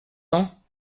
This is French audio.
temps